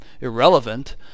irrelevant